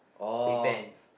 depend